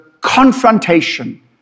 confrontation